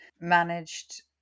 managed